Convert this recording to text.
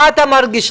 מה אתה מרגיש?